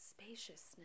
spaciousness